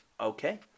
Okay